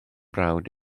brawd